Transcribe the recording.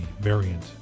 variant